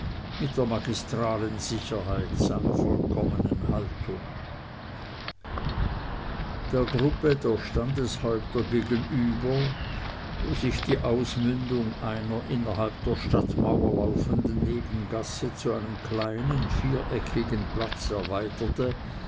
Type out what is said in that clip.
mit der magistralen sicherheit seiner vollkommenen haltung der gruppe der standeshäupter gegenüber wo sich die ausmündung einer innerhalb der stadtmauer laufenden nebengasse zu einem kleinen viereckigen platze erweiterte